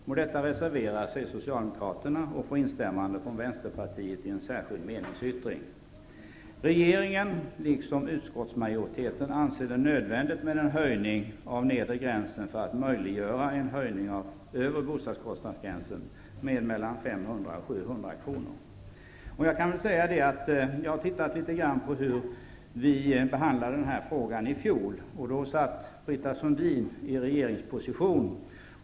Mot detta reserverar sig Socialdemokraterna och får instämmande från Regeringen, liksom utskottsmajoriteten, anser det nödvändigt med en höjning av nedre bostadskostnadsgränsen för att möjliggöra en höjning av den övre gränsen med mellan 500 och Jag har studerat litet grand hur vi behandlade den här frågan i fjol när Britta Sundin satt i regeringsposition.